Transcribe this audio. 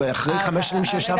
אחרי כמה שנים שהוא ישב על המדוכה.